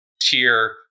tier